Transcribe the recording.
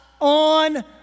on